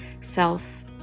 self